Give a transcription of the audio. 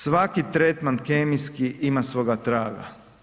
Svaki tretman kemijski ima svoga traga.